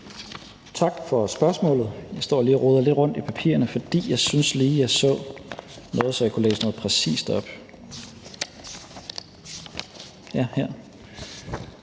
Tak for spørgsmålet. Jeg står lige og roder lidt rundt i papirerne, for jeg synes lige, at jeg så noget her, så jeg kunne læse noget præcist op. Jeg har